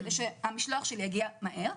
כדי שהמשלוח שלי יגיע מהר.